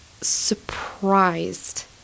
surprised